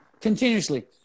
Continuously